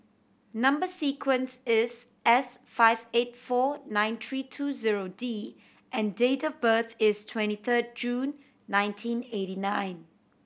number sequence is S five eight four nine three two zero D and date of birth is twenty third June nineteen eighty nine